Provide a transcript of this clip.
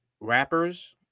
rappers